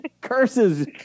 curses